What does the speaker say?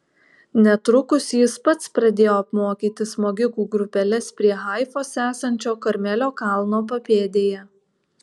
netrukus jis pats pradėjo apmokyti smogikų grupeles prie haifos esančio karmelio kalno papėdėje